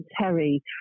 Terry